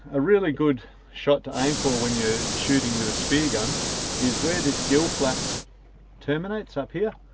a really good shot to aim for when you're shooting with a speargun is where this gill flap terminates up here.